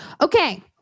Okay